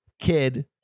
Kid